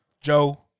Joe